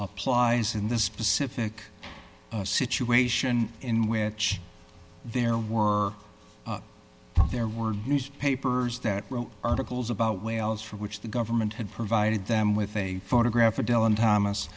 applies in the specific situation in which there were there were newspapers that wrote articles about wales for which the government had provided them with a photograph of dylan thomas